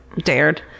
dared